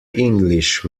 english